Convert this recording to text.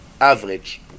average